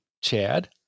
chad